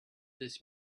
this